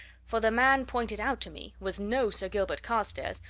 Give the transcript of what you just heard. for the man pointed out to me was no sir gilbert carstairs,